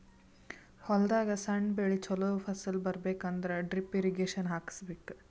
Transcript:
ಹೊಲದಾಗ್ ಸಣ್ಣ ಬೆಳಿ ಚೊಲೋ ಫಸಲ್ ಬರಬೇಕ್ ಅಂದ್ರ ಡ್ರಿಪ್ ಇರ್ರೀಗೇಷನ್ ಹಾಕಿಸ್ಬೇಕ್